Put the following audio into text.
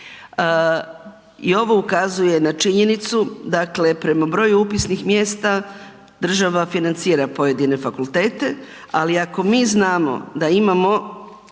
I ovo ukazuje na činjenicu, dakle prema broju upisnih mjesta država financira pojedine fakultete ali ako mi znamo da imamo